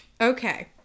okay